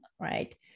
Right